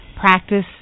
Practice